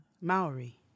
Maori